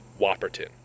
Whopperton